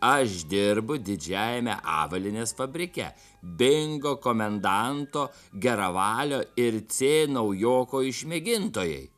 aš dirbu didžiajame avalynės fabrike bingo komendanto geravalio ir c naujoko išmėgintojai